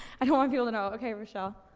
i don't want people to know. okay, rochelle.